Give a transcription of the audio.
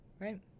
Right